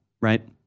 right